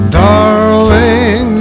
darling